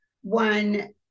one